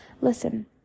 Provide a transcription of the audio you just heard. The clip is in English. Listen